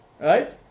right